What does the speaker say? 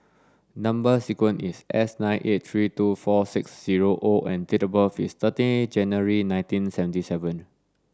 number sequence is S nine eight three two four six zero O and date of birth is thirty January nineteen seventy seven